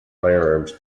firearms